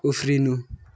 उफ्रिनु